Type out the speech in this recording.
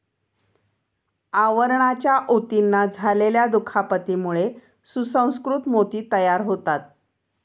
आवरणाच्या ऊतींना झालेल्या दुखापतीमुळे सुसंस्कृत मोती तयार होतात